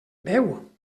beu